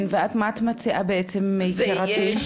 כן ואת מה את מציעה בעצם, יקירתי.